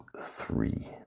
three